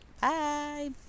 Bye